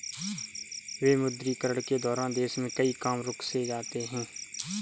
विमुद्रीकरण के दौरान देश में कई काम रुक से जाते हैं